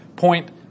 point